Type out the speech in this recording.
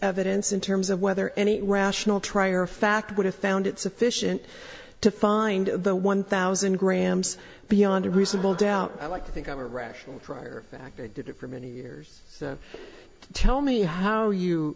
evidence in terms of whether any rational trier of fact would have found it sufficient to find the one thousand grams beyond a reasonable doubt i like to think of a rational trier of fact i did it for many years tell me how you